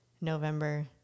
November